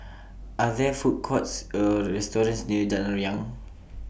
Are There Food Courts Or restaurants near Jalan Riang